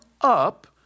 up